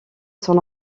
son